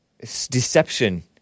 deception